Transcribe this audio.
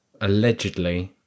allegedly